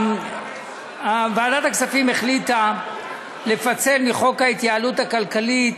ועדת הכספים החליטה לפצל מחוק ההתייעלות הכלכלית,